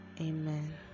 Amen